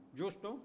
giusto